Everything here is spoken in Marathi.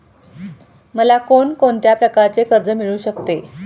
मला कोण कोणत्या प्रकारचे कर्ज मिळू शकते?